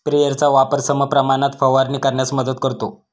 स्प्रेयरचा वापर समप्रमाणात फवारणी करण्यास मदत करतो